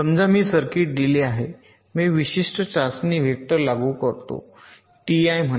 समजा मी सर्किट दिले आहे मी विशिष्ट चाचणी वेक्टर लागू करतो Ti म्हणा